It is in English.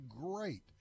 great